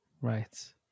right